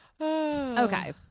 Okay